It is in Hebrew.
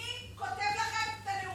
מי כותב לכם את הנאומים?